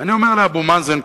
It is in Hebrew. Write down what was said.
ואני אומר לאבו מאזן,